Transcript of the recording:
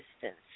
distance